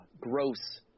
gross